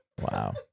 Wow